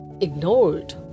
ignored